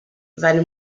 seine